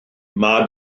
mae